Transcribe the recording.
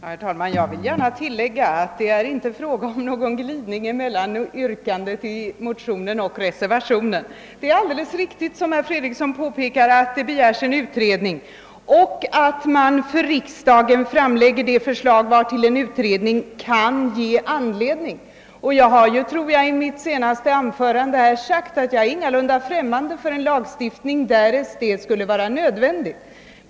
Herr talman! Jag vill gärna tillägga att det inte är fråga om någon glidning mellan yrkandet i motionen och yrkandet i reservationen. Det är alldeles riktigt att det, som herr Fredriksson påpekar, begärs en utredning och att det för riksdagen framläggs de förslag vartill utredningen kan ge anledning. Jag har, tror jag, i mitt senaste anförande sagt att jag ingalunda är främmande för en lagstiftning, därest en sådan skulle vara nödvändig.